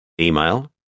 Email